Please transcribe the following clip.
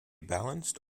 balanced